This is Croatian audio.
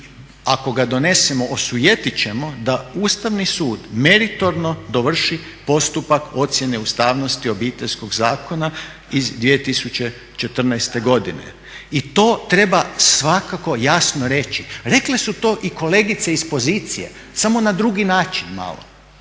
ako ga donesemo osujetit ćemo da Ustavni sud meritorno dovrši postupak ocjene ustavnosti Obiteljskog zakona iz 2014. godine. I to treba svakako jasno reći, rekle su to i kolegice iz pozicije samo na drugi način malo.